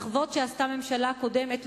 מחוות שעשתה הממשלה הקודמת,